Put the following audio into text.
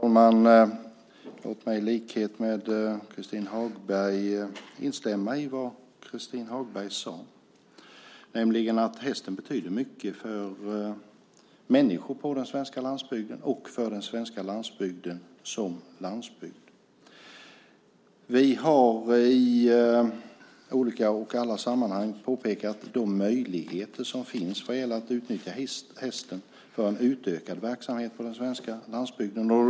Herr talman! Låt mig instämma i vad Christin Hagberg sade: Hästen betyder mycket för människor på den svenska landsbygden och för den svenska landsbygden som landsbygd. Vi har i alla sammanhang påpekat de möjligheter som finns vad gäller att utnyttja hästen för en utökad verksamhet på den svenska landsbygden.